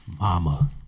Mama